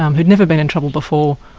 um who'd never been in trouble before,